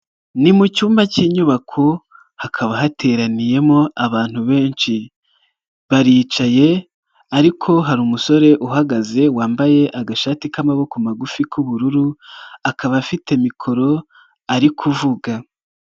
Ni mu cyumba cy'inyubako hakaba hateraniyemo abantu benshi, baricaye ariko hari umusore uhagaze wambaye agashati k'amaboko magufi k'ubururu, akaba afite mikoro ari kuvuga.